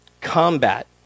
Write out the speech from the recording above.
Combat